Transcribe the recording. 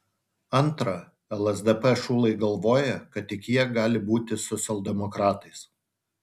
antra lsdp šulai galvoja kad tik jie gali būti socialdemokratais